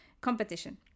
competition